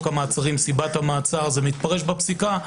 המעצרים: סיבת המעצר זה מתפרש בפסיקה.